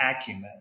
acumen